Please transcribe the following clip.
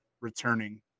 returning